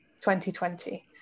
2020